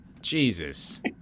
Jesus